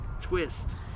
twist